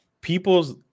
people's